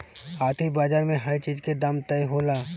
आर्थिक बाजार में हर चीज के दाम तय होला